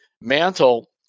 Mantle